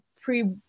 pre